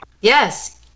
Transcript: Yes